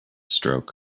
stroke